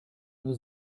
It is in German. nur